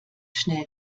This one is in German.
schnell